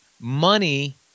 Money